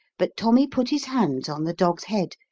but tommy put his hands on the dog's head,